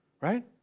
right